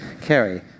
carry